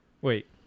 wait